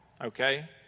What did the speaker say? okay